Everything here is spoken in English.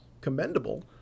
commendable